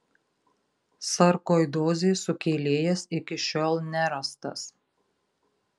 sarkoidozės sukėlėjas iki šiol nerastas